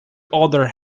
older